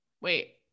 Wait